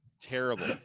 terrible